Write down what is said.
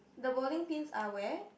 the bowling pins are where